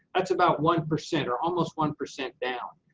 that's about one percent or almost one percent down.